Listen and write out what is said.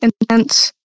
intense